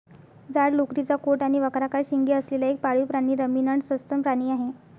जाड लोकरीचा कोट आणि वक्राकार शिंगे असलेला एक पाळीव प्राणी रमिनंट सस्तन प्राणी आहे